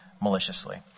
maliciously